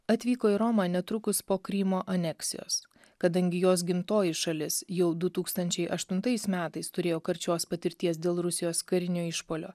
atvyko į romą netrukus po krymo aneksijos kadangi jos gimtoji šalis jau du tūkstančiai aštuntais metais turėjo karčios patirties dėl rusijos karinio išpuolio